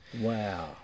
Wow